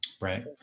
Right